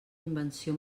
invenció